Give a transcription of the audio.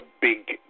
big